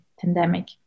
pandemic